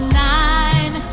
nine